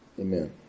Amen